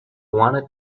wanted